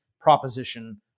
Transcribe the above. proposition